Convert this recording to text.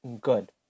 good